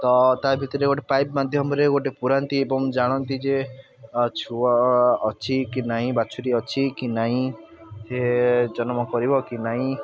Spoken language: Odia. ତ ତା ଭିତରେ ଗୋଟେ ପାଇପ୍ ମାଧ୍ୟମରେ ଗୋଟେ ପୁରାନ୍ତି ଏବଂ ଜାଣନ୍ତି ଯେ ଛୁଆ ଅଛି କି ନାଇଁ ବାଛୁରୀ ଅଛି କି ନାଇଁ ସିଏ ଜନମ କରିବ କି ନାଇଁ